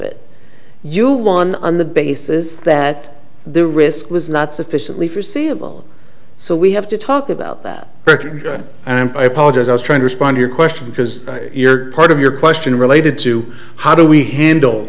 it you won on the basis that the risk was not sufficiently forseeable so we have to talk about that and i apologize i was trying to respond your question because you're part of your question related to how do we handle